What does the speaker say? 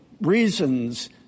reasons